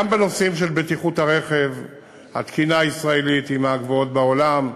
גם בנושאים של בטיחות הרכב התקינה הישראלית היא מהגבוהות בעולם,